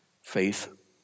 Faith